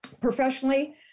professionally